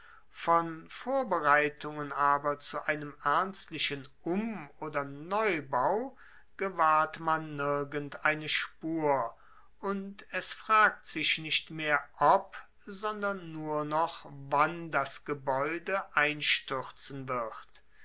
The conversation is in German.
von vorbereitungen aber zu einem ernstlichen um oder neubau gewahrt man nirgend eine spur und es fragt sich nicht mehr ob sondern nur noch wann das gebaeude einstuerzen wird